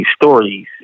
stories